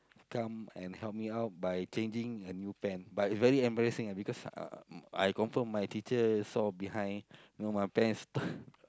come and help me out by changing a new pant but very embarrassing ah because uh I confirm my teacher saw behind you know my pants